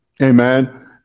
amen